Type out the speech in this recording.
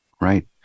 right